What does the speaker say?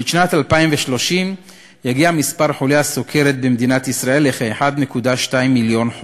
בשנת 2030 יגיע מספר חולי הסוכרת במדינת ישראל לכ-1.2 מיליון,